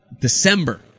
December